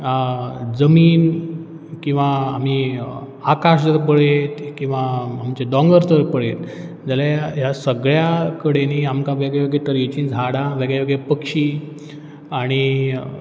जमनीन किंवां आमी आकाश जर पळयत किंवां आमचे दोंगर जर पळयत जाल्यार ह्या सगळ्या कडेनी आमकां वेगळे वेगळे तरेचीं झाडां वेगळे वेगळे पक्षी आनी